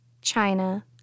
China